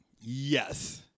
Yes